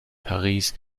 paris